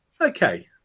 Okay